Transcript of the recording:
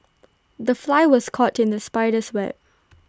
the fly was caught in the spider's web